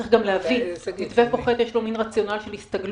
צריך גם להבין, למתווה פוחת יש רציונל של הסתגלות.